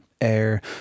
air